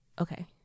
Okay